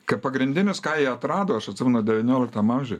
kai pagrindinis ką jie atrado aš atsimenu devynioliktam amžiui